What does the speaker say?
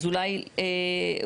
אז אולי לכתוב,